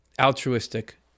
altruistic